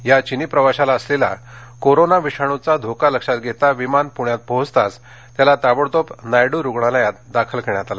या चिनी प्रवाशाला असलेला कोरोना विषाणूचा धोका लक्षात घेता विमान पुण्यात पोहोचताच त्याला ताबडतोब नायडू रुग्णालयात दाखल करण्यात आलं